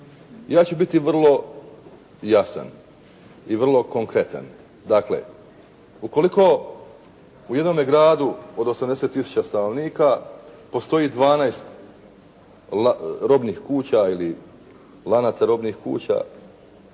Ja ću biti vrlo jasan i vrlo konkretan. Dakle, ukoliko u jednome gradu od 80000 stanovnika postoji 12 robnih kuća ili lanaca robnih kuća